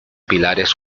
pilares